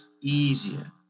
easier